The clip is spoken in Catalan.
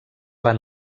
van